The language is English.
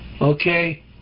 Okay